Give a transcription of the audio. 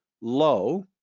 low